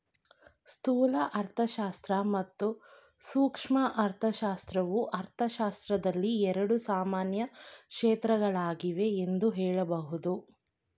ಸ್ಥೂಲ ಅರ್ಥಶಾಸ್ತ್ರ ಮತ್ತು ಸೂಕ್ಷ್ಮ ಅರ್ಥಶಾಸ್ತ್ರವು ಅರ್ಥಶಾಸ್ತ್ರದಲ್ಲಿ ಎರಡು ಸಾಮಾನ್ಯ ಕ್ಷೇತ್ರಗಳಾಗಿವೆ ಎಂದು ಹೇಳಬಹುದು